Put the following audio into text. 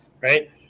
right